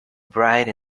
bright